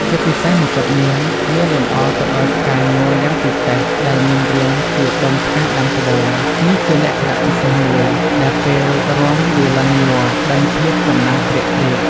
ជាពិសេសមកុដនាងមានលម្អទៅដោយផ្កាញ័រយ៉ាងពិសេសដែលមានរាងជាដុំផ្កាដាំត្បូង នេះជាលក្ខណៈពិសេសមួយដែលពេលរាំវាឡើងញ័រដេញភាពចំណាំងព្រាកៗ ។